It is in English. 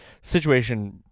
situation